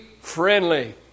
friendly